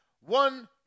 One-